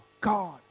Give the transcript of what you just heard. God